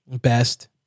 best